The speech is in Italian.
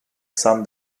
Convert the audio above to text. san